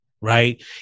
right